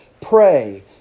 pray